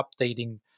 updating